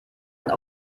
ein